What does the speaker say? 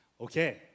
Okay